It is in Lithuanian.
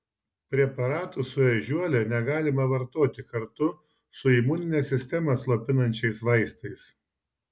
preparatų su ežiuole negalima vartoti kartu su imuninę sistemą slopinančiais vaistais